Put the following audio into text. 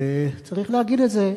וצריך להגיד את זה,